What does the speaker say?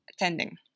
attending